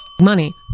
money